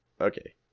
Okay